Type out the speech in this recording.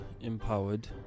empowered